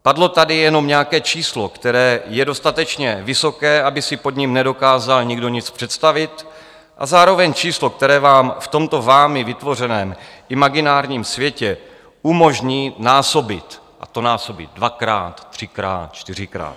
Padlo tady jenom nějaké číslo, které je dostatečně vysoké, aby si pod ním nedokázal nikdo nic představit, a zároveň číslo, které vám v tomto vámi vytvořeném imaginárním světě umožní násobit, a to násobit dvakrát, třikrát, čtyřikrát.